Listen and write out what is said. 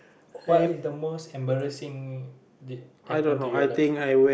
what is the most embarrassing did happen to your life